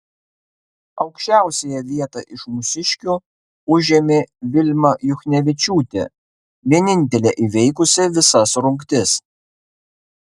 aukščiausiąją vietą iš mūsiškių užėmė vilma juchnevičiūtė vienintelė įveikusi visas rungtis